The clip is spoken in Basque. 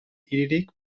hiririk